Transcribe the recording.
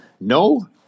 no